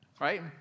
Right